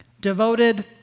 devoted